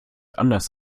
anders